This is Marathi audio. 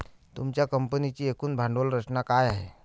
तुमच्या कंपनीची एकूण भांडवल रचना काय आहे?